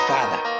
Father